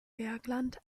bergland